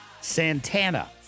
Santana